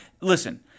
listen